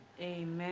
Amen